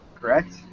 Correct